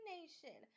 Nation